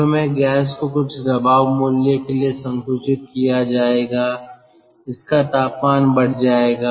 शुरू में गैस को कुछ दबाव मूल्य के लिए संकुचित किया जाएगा इसका तापमान बढ़ जाएगा